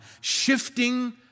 shifting